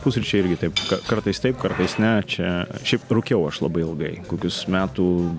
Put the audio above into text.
pusryčiai irgi taip kar kartais taip kartais ne čia šiaip rūkiau aš labai ilgai kokius metų